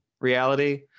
reality